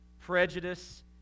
prejudice